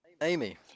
Amy